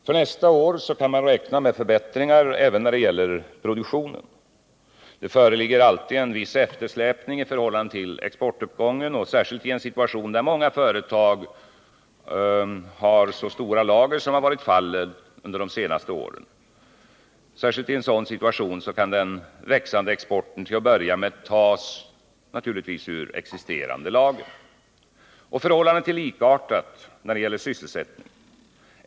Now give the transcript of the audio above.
För nästa år kan man räkna med förbättringar även när det gäller produktionen. Där föreligger det alltid en viss eftersläpning i förhållande till exportuppgången. Särskilt i en situation där många företag har så stora lager som varit fallet de senaste åren kan naturligtvis den växande exporten till att börja med tas ur existerande lager. Förhållandet är likartat när det gäller sysselsättningen.